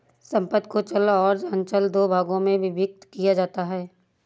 संपत्ति को चल और अचल दो भागों में विभक्त किया जाता है